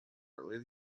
early